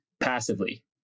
passively